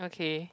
okay